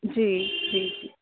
जी जी जी